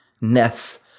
Ness